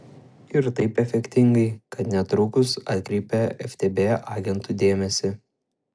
ir taip efektingai kad netrukus atkreipia ftb agentų dėmesį